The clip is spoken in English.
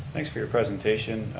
thanks for your presentation.